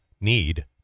need